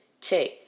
Check